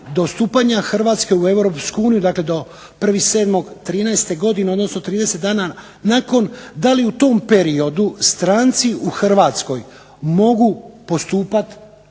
do stupanja Hrvatske u Europsku uniju, dakle do 1.7.'13. godine, odnosno 30 dana nakon, da li u tom periodu stranci u Hrvatskoj mogu postupati